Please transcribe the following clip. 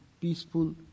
peaceful